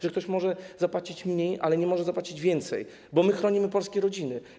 Że ktoś może zapłacić mniej, ale nie może zapłacić więcej, bo my chronimy polskie rodziny.